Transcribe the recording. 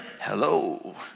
Hello